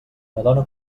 madona